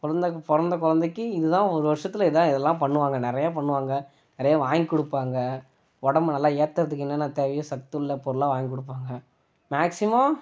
குழந்த பிறந்த குழந்தைக்கி இதுதான் ஒரு வருஷத்துல இதான் இதெலாம் பண்ணுவாங்க நிறையாப் பண்ணுவாங்க நிறையா வாங்கிக்கொடுப்பாங்க உடம்பு நல்லா ஏற்றுறதுக்கு என்னென்ன தேவையோ சத்துள்ள பொருளாக வாங்கிக்கொடுப்பாங்க மேக்ஸிமோ